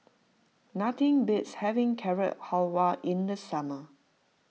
nothing beats having Carrot Halwa in the summer